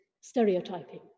Stereotyping